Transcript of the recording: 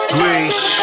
Greece